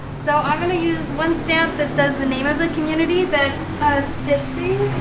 so i'm going to use one stamp that says the name of the community that stitched